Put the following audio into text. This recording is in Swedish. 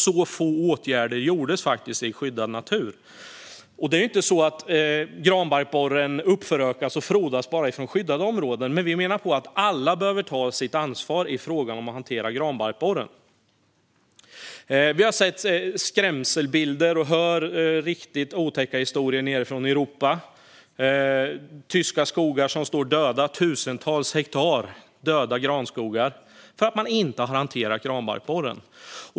Så få åtgärder var det som vidtogs i skyddad natur. Det är inte så att granbarkborren förökar sig och frodas bara i skyddade områden. Men vi menar att alla behöver ta sitt ansvar i fråga om att hantera granbarkborren. Vi har sett skrämselbilder och hört riktigt otäcka historier nedifrån Europa. Det finns tyska skogar som står döda. Det är tusentals hektar granskog som dött för att man inte har hanterat granbarkborren.